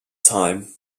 time